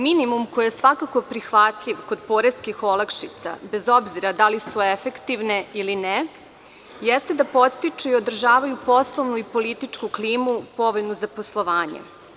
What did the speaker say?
Minimum koji je svakako prihvatljiv kod poreskih olakšica bez obzira da li su efektivne ili ne, jeste da podstiču i održavaju poslovnu i političku klimu povoljnu za poslovanje.